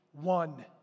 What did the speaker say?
one